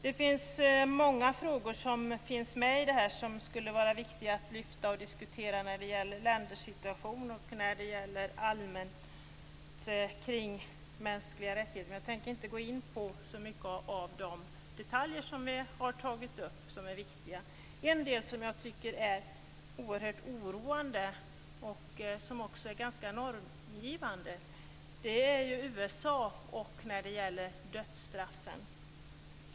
Det finns många frågor med i detta som skulle vara viktiga att lyfta och diskutera när det gäller ländersituation och allmänt kring mänskliga rättigheter, men jag tänker inte gå in så mycket på de detaljer som vi har tagit upp och som är viktiga. Något som jag tycker är oroande och också väldigt normgivande är frågan om USA och dödsstraffen.